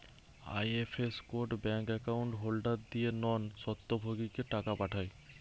IFS code bank account holder দিয়ে non স্বত্বভোগীকে টাকা পাঠায়